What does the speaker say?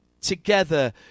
together